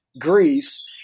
Greece